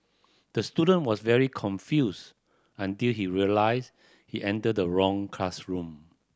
the student was very confused until he realised he entered the wrong classroom